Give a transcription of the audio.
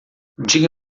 diga